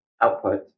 output